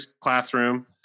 classroom